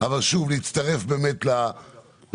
אבל שוב להצטרף באמת לברכות,